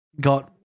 got